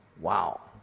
Wow